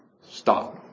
Stop